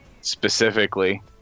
Specifically